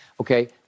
Okay